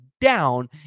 down